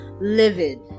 livid